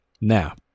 Now